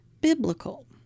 biblical